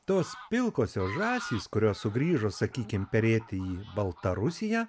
tos pilkosios žąsys kurios sugrįžo sakykim perėti į baltarusiją